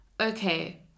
okay